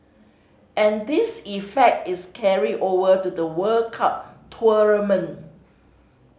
and this effect is carried over to the World Cup tournament